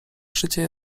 życie